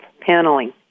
paneling